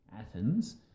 Athens